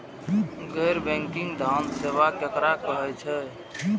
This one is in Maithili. गैर बैंकिंग धान सेवा केकरा कहे छे?